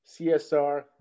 CSR